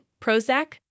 Prozac